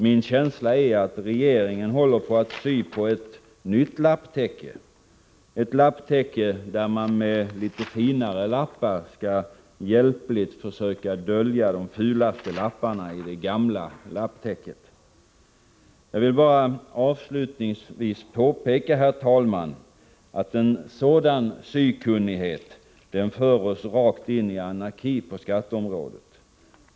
Min känsla är att regeringen håller på att sy på ett nytt lapptäcke, där man med litet finare lappar hjälpligt skall försöka dölja de fulaste lapparna i det gamla lapptäcket. Jag vill bara avslutningsvis påpeka, herr talman, att en sådan sykunnighet för oss rakt in i anarki på skatteområdet.